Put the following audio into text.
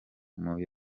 muri